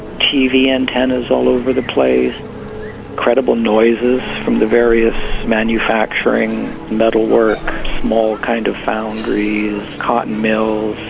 t v. antennas all over the place credible noises from the various manufacturing metalwork, small kind of foundries. cotton mills,